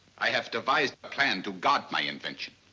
i have devised the plan to guard my invention,